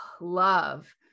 love